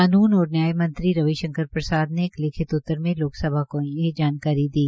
कानून और न्याय मंत्री रवि शंकर प्रसाद ने एक लिखित उत्तर में लोकसभा में ये जानकारी दी